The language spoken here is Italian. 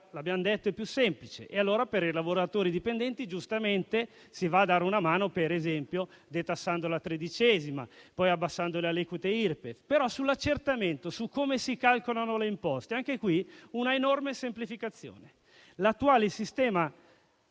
l'abbiamo detto - è più semplice. Per i lavoratori dipendenti si va a dare una mano, per esempio detassando la tredicesima, poi abbassando le aliquote Irpef. Ma, sull'accertamento e su come si calcolano le imposte vi è un'enorme semplificazione: l'attuale sistema